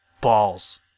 Balls